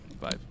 five